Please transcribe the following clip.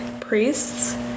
priests